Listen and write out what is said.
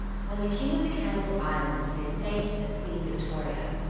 when the king of the cannibal islands made faces at queen victoria,